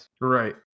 Right